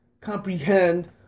comprehend